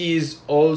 okay